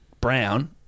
Brown